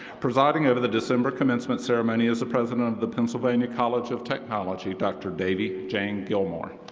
presiding over the december commencement ceremony is the president of the pennsylvania college of technology, dr. davie jane gilmour.